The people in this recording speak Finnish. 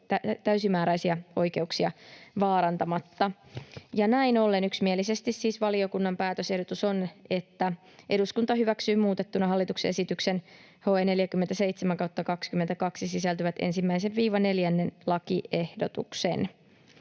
täysimääräisiä oikeuksia vaarantamatta. Näin ollen yksimielisesti siis valiokunnan päätösehdotus on, että eduskunta hyväksyy muutettuna hallituksen esitykseen HE 47/22 sisältyvät 1.—4. lakiehdotuksen.